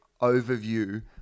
overview